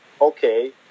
okay